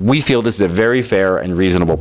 we feel this is a very fair and reasonable